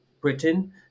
Britain